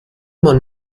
man